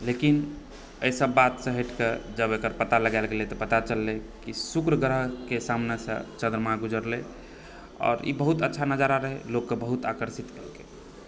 लेकिन एहि सब बातसँ हटिकऽ जब एकर पता लगाएल गेलै तऽ पता चललै कि शुक्र ग्रहके सामनेसँ चंद्रमा गुजरलै आओर ई बहुत अच्छा नजारा रहै लोक कऽ बहुत आकर्षित केलकै